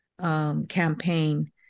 campaign